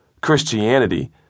Christianity